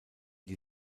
die